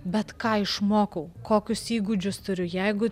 bet ką išmokau kokius įgūdžius turiu jeigu